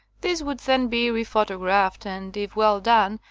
this would then be rephotographed, and, if well done,